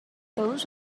those